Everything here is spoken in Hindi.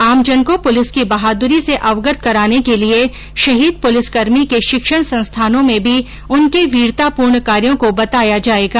आमजन को पुलिस की बहादुरी से अवगत कराने के लिये शहीद पुलिसंकर्मी के शिक्षण संस्थानों में भी उनके वीरतापूर्ण कार्यो को बताया जायेगा